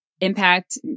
Impact